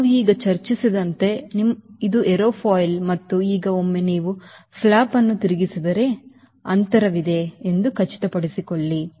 ನಾವು ಈಗ ಚರ್ಚಿಸಿದಂತೆ ಇದು ಏರೋಫಾಯಿಲ್ ಮತ್ತು ಈಗ ಒಮ್ಮೆ ನೀವು ಫ್ಲಾಪ್ ಅನ್ನು ತಿರುಗಿಸಿದರೆ ಅಂತರವಿದೆ ಎಂದು ಖಚಿತಪಡಿಸಿಕೊಳ್ಳಿ